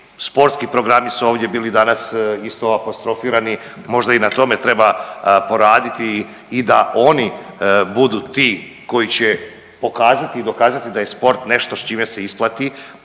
sportski programi su ovdje bili danas isto apostrofirani, možda i na tome treba poraditi i da oni budu ti koji će pokazati i dokazati da je sport s čime se isplati